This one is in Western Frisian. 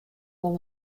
wol